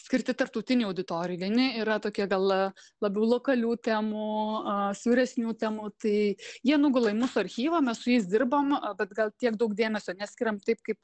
skirti tarptautinei auditorijai vieni yra tokie gal labiau lokalių temų siauresnių temų tai jie nugula į mūsų archyvą mes su jais dirbam bet gal tiek daug dėmesio neskiriam taip kaip